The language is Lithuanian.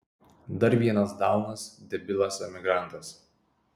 dar vienas daunas debilas emigrantas